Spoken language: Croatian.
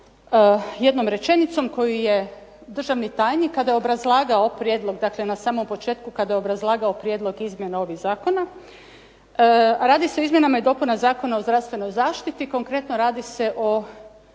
jednom rečenicom koju je državni tajnik, kada je obrazlagao prijedlog, dakle na samom početku kada je obrazlagao prijedlog izmjena ovog zakona, radi se o izmjenama i dopunama Zakona o zdravstvenoj zaštiti, konkretno radi se o